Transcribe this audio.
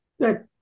Good